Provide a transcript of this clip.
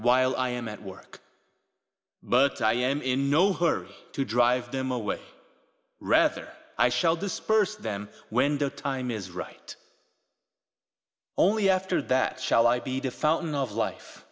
while i am at work but i am in no hurry to drive them away rather i shall disperse them when the time is right only after that shall i be the fountain of life